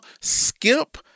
skip